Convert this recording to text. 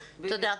תודה.